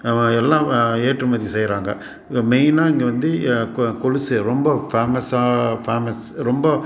அவன் எல்லாம் ஏற்றுமதி செய்யறாங்க மெயின்னா இங்கே வந்து கொ கொலுசு ரொம்ப ஃபேமஸ்ஸாக ஃபேமஸ் ரொம்ப